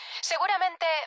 seguramente